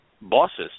bosses